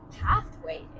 pathway